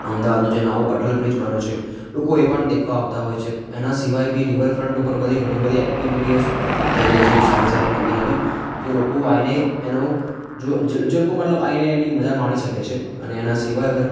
અમદાવાદ જે નવો અટલ બ્રિજ બન્યો છે લોકો એ પણ દેખવા આવતાં હોય છે એના સિવાય બી રિવર ફ્રન્ટ ઉપર બધી ઘણીબધી એકટીવિટીઓ થઈ ગઈ છે સારી સારી નવી નવી જે લોકો આવીને એનો જો જે જે લોકો મતલબ આઈને એની મજા માણી શકે છે અને એના સિવાય અગર